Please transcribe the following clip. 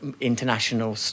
international